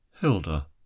hilda